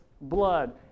blood